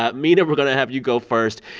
ah mina, we're going to have you go first.